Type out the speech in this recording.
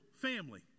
family